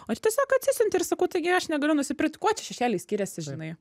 o tiesiog atsisiunti ir sakau taigi aš negaliu nusipirkt kuo čia šešėliai skiriasi žinai